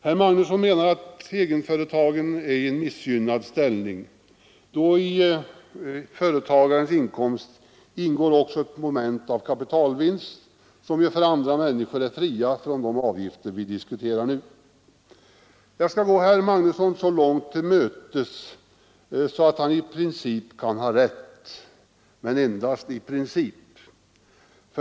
Herr Magnusson i Borås hävdar att egenföretagaren är i en missgynnad ställning, eftersom i hans inkomst också ingår kapitalvinster, som ju för andra människor är fria från de avgifter vi diskuterar nu. Jag kan gå herr Magnusson så långt till mötes att jag medger att han i princip kan ha rätt men endast i princip.